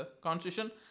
constitution